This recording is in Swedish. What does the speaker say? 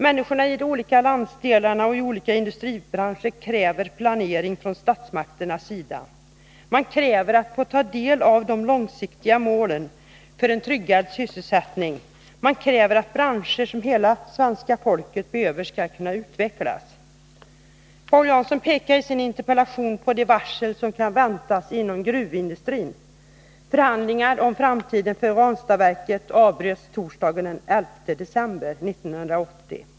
Människorna i de olika landsdelarna och i de olika industribranscherna kräver planering från statsmakternas sida. Man kräver att få ta del av de långsiktiga målen för en tryggad sysselsättning. Man kräver att branscher som hela svenska folket behöver skall kunna utvecklas. Paul Jansson pekade i sin interpellation på de varsel som kan väntas inom gruvindustrin. Förhandlingar om framtiden för Ranstadverket avbröts torsdagen den 11 december 1980.